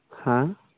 ᱦᱮᱸ